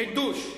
חידוש.